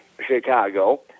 Chicago